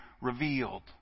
revealed